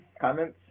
comments